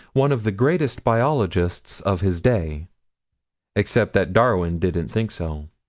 one of the greatest biologists of his day except that darwin didn't think so.